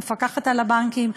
המפקחת על הבנקים,